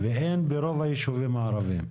אין ברוב היישובים הערבים.